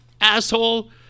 asshole